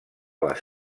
les